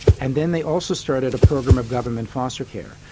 and then they also started a program of government foster care.